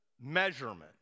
measurement